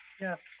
Yes